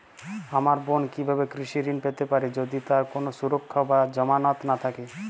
আমার বোন কীভাবে কৃষি ঋণ পেতে পারে যদি তার কোনো সুরক্ষা বা জামানত না থাকে?